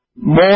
More